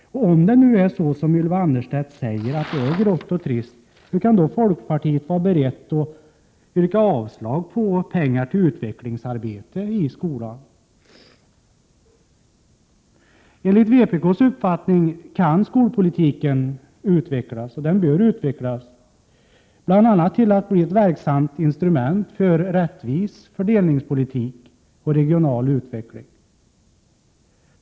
Och om det nu är grått och trist, som Ylva Annerstedt säger, hur kan då folkpartiet vara berett att yrka avslag på pengar till utvecklingsarbete i skolan? Enligt vpk:s uppfattning kan och bör skolpolitiken utvecklas till att bli ett verksamt instrument för rättvis fördelningspolitik och regional utveckling.